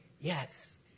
Yes